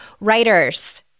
writers